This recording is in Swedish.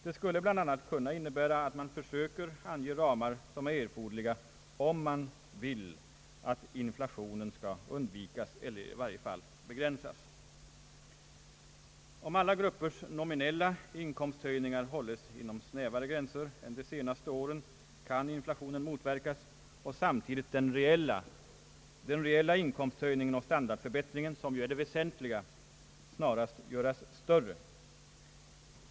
Det skulle bl.a. kunna innebära att man försöker ange ramar som är erforderliga, om man vill att inflationen skall undvikas eller i varje fall begränsas. Om alla gruppers nominella inkomsthöjningar hålls inom snävare gränser än de senaste åren, kan inflationen motverkas och samtidigt den reella inkomsthöjningen och standardförbättringen — som ju är det väsentliga — snarast göras större.